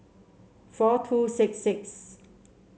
four two six six